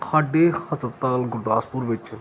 ਸਾਡੇ ਹਸਪਤਾਲ ਗੁਰਦਾਸਪੁਰ ਵਿੱਚ